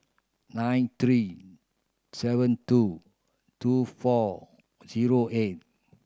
nine three seven two two four zero eight